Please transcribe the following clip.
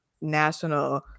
national